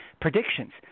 predictions